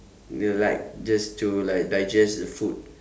you will like just to like digest the food